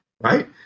right